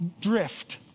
drift